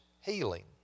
healing